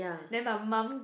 then my mum